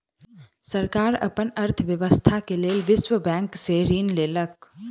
सरकार अपन अर्थव्यवस्था के लेल विश्व बैंक से ऋण लेलक